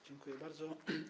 Dziękuję bardzo.